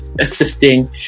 assisting